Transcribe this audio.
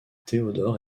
théodore